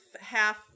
half